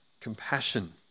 compassion